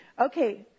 Okay